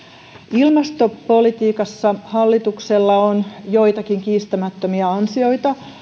ilmastopolitiikassa hallituksella on joitakin kiistämättömiä ansioita